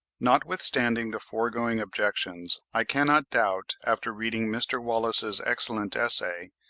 notwithstanding the foregoing objections, i cannot doubt, after reading mr. wallace's excellent essay,